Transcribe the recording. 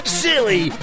silly